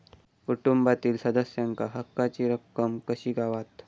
कुटुंबातील सदस्यांका हक्काची रक्कम कशी गावात?